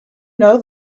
know